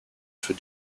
für